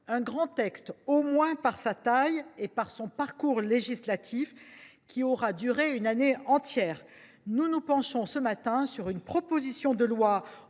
« grand » texte, au moins par sa taille, dont le parcours législatif a duré une année entière, nous nous penchons ce matin sur une proposition de loi